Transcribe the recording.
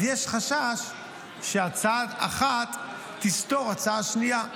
אז יש חשש שהצעה אחת תסתור הצעה שנייה,